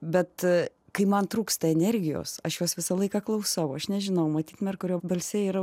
bet kai man trūksta energijos aš jos visą laiką klausau aš nežinau matyt merkurio balse yra